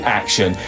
action